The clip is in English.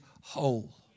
whole